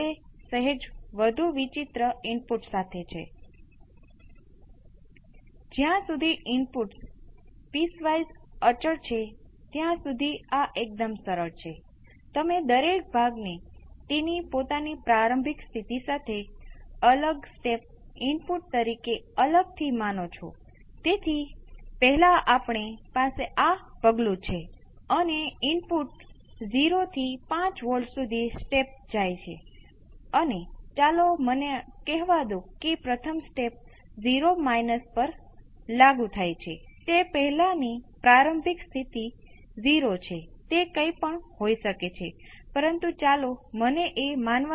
તેથી સૌપ્રથમ મને SCR 1 ને કેટલાક ડેલ્ટા તરીકે વ્યાખ્યાયિત કરવા દો ફક્ત આ રીતે કરવા માટે સરળ જવાબ આપો તમારે આની જેમ આ કરવાની ખરેખર જરૂર નથી તો આનો અર્થ એ છે કે s s ડેલ્ટા 1 વિભાજિત C R